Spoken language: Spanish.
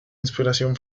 inspiración